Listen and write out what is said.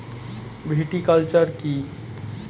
Viticulture কী?